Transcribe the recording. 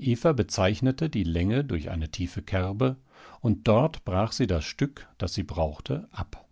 eva bezeichnete die länge durch eine tiefe kerbe und dort brach sie das stück das sie brauchte ab